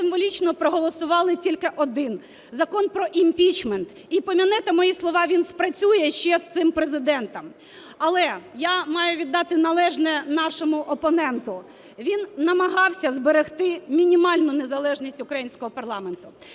він намагався зберегти мінімальну незалежність українського парламенту.